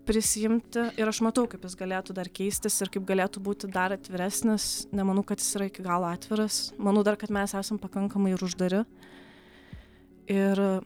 prisiimti ir aš matau kaip jis galėtų dar keistis ir kaip galėtų būti dar atviresnis nemanau kad jis yra iki galo atviras manau dar kad mes esam pakankamai ir uždari ir